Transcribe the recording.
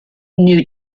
new